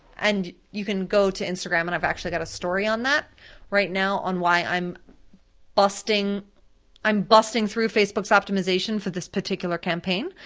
and you can go to instagram and i've actually got a story on that right now on why i'm busting i'm busting through facebook's optimization for this particular campaign.